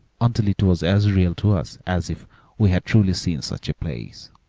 until it was as real to us as if we had truly seen such a place.